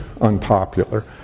unpopular